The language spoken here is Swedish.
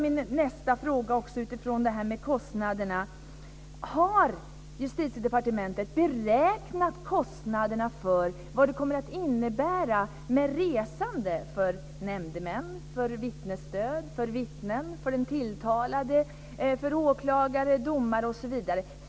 Min nästa fråga utgår från kostnaderna: Har Justitiedepartementet beräknat kostnaderna för det resande detta kommer att innebära för nämndemän, för vittnesstöd, för vittnen, för den tilltalade, för åklagare, för domare osv.?